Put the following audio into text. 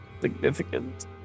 significant